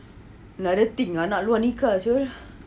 like that thing anak luar nikah jer